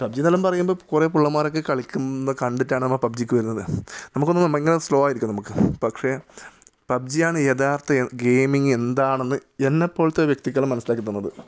PUBG എന്ന് എല്ലാം പറയുമ്പോൾ കുറേ പുള്ളമ്മാരൊക്കെ കളിക്കുന്നത് കണ്ടിട്ടാണ് നമ്മൾ പബ്ജിക്ക് വരുന്നത് നമുക്ക് തോന്നും ഭയങ്കര സ്ലോ ആയിരിക്കും നമുക്ക് പക്ഷേ പബ്ജി ആണ് യഥാർത്ഥ ഗെയിമിങ് എന്താണെന്ന് എന്നെ പോലത്തെ വ്യക്തിക്കെല്ലാം മനസ്സിലാക്കി തന്നത്